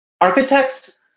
architects